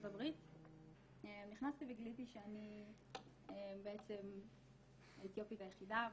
הברית נכנסתי וגיליתי שאני האתיופית היחידה,